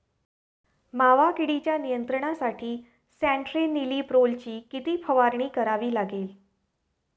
मावा किडीच्या नियंत्रणासाठी स्यान्ट्रेनिलीप्रोलची किती फवारणी करावी लागेल?